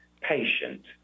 patient